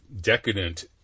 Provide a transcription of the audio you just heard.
decadent